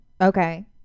Okay